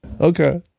Okay